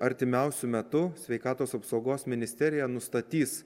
artimiausiu metu sveikatos apsaugos ministerija nustatys